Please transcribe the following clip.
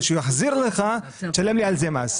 אבל כשהוא יחזיר לך תשלם לי על זה מס.